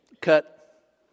cut